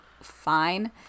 fine